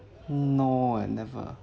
no I never